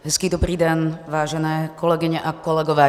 Hezký dobrý den, vážené kolegyně a kolegové.